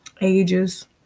ages